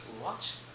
watch